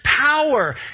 power